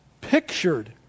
pictured